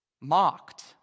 Mocked